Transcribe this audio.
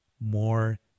more